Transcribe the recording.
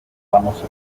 vamos